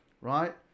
right